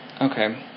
okay